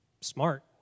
smart